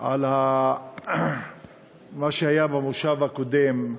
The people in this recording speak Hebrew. על מה שהיה במושב הקודם,